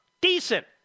decent